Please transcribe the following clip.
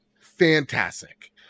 Fantastic